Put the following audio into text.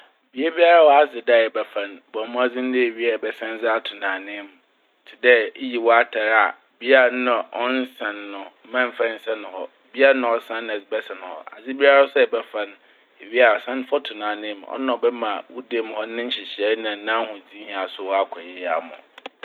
Beebiara a ɔadze da a ɛbɛfa n', bɔ mbɔdzen dɛ ewia a ɛbɛsan dze ato n'ananmu. Tse dɛ iyi w'atar a bea a nna ɔnnsan no mɛmmfa nnsan hɔ. Bea na ɔsan no na ɛdze bɛsan hɔ. Adze biara a so a ɛbɛfa n', iwia a san fa to n'ananmu. Ɔno na ɔbɛma ma wo dan mu hɔ ne nhyehyɛɛ na n'ahodzee nyinaa so ɔakɔ yie ama wo.